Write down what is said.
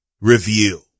review